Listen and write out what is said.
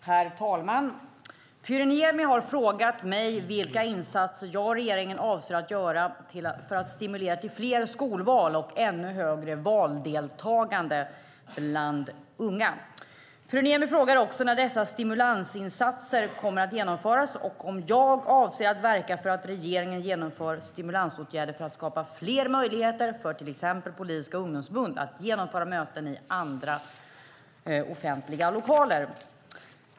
Herr talman! Pyry Niemi har frågat mig vilka insatser jag och regeringen avser att göra för att stimulera till fler skolval och ännu högre valdeltagande bland unga. Pyry Niemi frågar också när dessa stimulansinsatser kommer att genomföras och om jag avser att verka för att regeringen genomför stimulansåtgärder för att skapa fler möjligheter för till exempel politiska ungdomsförbund att genomföra möten i andra offentliga lokaler.